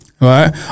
Right